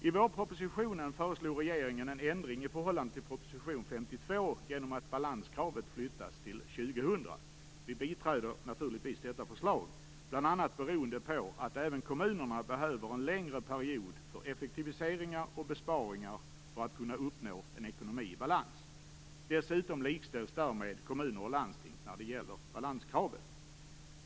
I vårpropositionen föreslog regeringen en ändring i förhållande till proposition 52 genom att balanskravet flyttas till år 2000. Vi biträder naturligtvis detta förslag, bl.a. beroende på att även kommunerna behöver en längre period för effektiviseringar och besparingar för att kunna uppnå en ekonomi i balans. Dessutom likställs därmed kommuner och landsting när det gäller balanskravet.